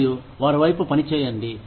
మరియు వారి వైపు పని చేయండి